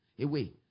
away